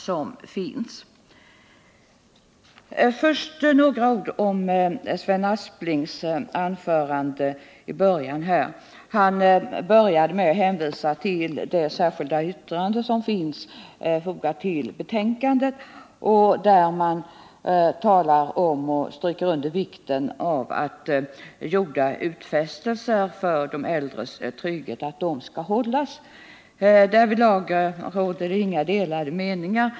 Först vill jag säga några ord om Sven Asplings huvudanförande. Han började med att hänvisa till det särskilda yttrande som fogats till betänkandet och vari understrykes vikten av att gjorda utfästelser för de äldres trygghet skall hållas. Därom råder det inga delade meningar.